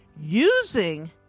using